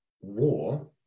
war